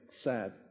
sad